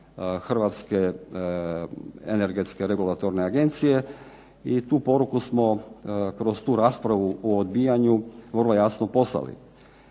Hrvatske energetske regulatorne agencije i tu poruku smo kroz tu raspravu o odbijanju vrlo jasno poslali.